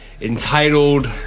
Entitled